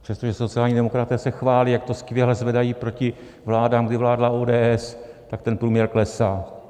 Přestože sociální demokraté se chválí, jak to skvěle zvedají proti vládám, kdy vládla ODS, tak ten průměr klesá.